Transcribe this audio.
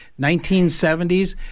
1970s